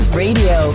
radio